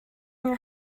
your